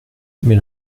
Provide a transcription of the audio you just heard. mais